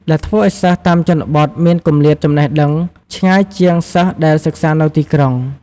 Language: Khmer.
ដែលធ្វើឲ្យសិស្សតាមជនបទមានគម្លាតចំណេះដឹងឆ្ងាយជាងសិស្សដែលសិក្សានៅទីក្រុង។